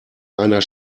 einer